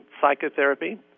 psychotherapy